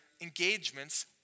engagements